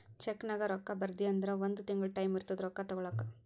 ಚೆಕ್ನಾಗ್ ರೊಕ್ಕಾ ಬರ್ದಿ ಅಂದುರ್ ಒಂದ್ ತಿಂಗುಳ ಟೈಂ ಇರ್ತುದ್ ರೊಕ್ಕಾ ತಗೋಲಾಕ